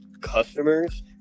customers